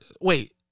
Wait